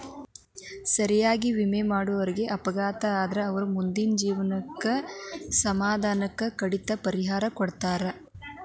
ಸರಿಯಾಗಿ ವಿಮೆ ಮಾಡಿದವರೇಗ ಅಪಘಾತ ಆತಂದ್ರ ಅವರ್ ಮುಂದಿನ ಜೇವ್ನದ್ ಸಮ್ಮಂದ ಕಡಿತಕ್ಕ ಪರಿಹಾರಾ ಕೊಡ್ತಾರ್